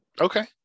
Okay